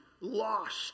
lost